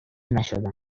نشدم